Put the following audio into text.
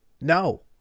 No